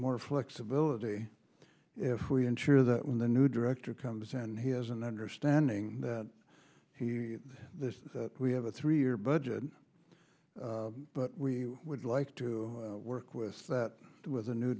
more flexibility if we ensure that when the new director comes and he has an understanding that he says that we have a three year budget but we would like to work with that with a new